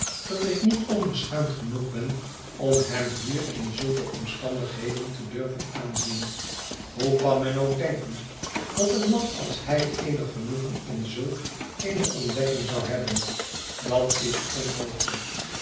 dat ik niet onbeschaamd genoeg ben om hem hier en in zulke omstandigheden te durven aanzien hoe kan men ooit denken dat een man als hij eenig genoegen in zulk eene ontdekking zou hebben dat is onmogelijk